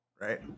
right